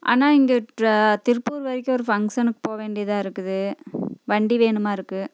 அண்ணா இங்கே திருப்பூர் வரைக்கும் ஒரு ஃபங்சனுக்கு போக வேண்டியதாக இருக்குது வண்டி வேணுமாருக்குது